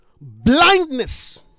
Blindness